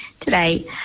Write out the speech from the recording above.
today